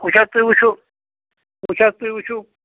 وٕچھ حظ تُہۍ وٕچھِو وٕچھ حظ تُہۍ وُچھِو